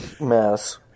mess